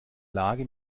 lage